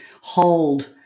hold